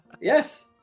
Yes